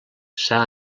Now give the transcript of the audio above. s’ha